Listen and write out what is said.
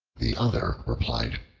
the other replied,